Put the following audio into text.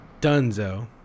Dunzo